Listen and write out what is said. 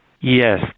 Yes